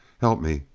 help me.